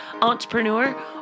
Entrepreneur